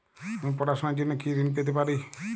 আমি পড়াশুনার জন্য কি ঋন পেতে পারি?